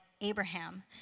Abraham